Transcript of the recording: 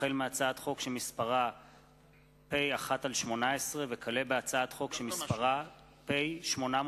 הצעות חוק החל בהצעת חוק שמספרה פ/1/18 וכלה בהצעת חוק שמספרה פ/804/18,